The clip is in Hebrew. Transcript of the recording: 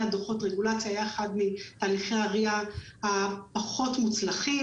דוחות רגולציה ביחד עם הליכי ה-RIA הפחות מוצלחים,